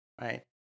right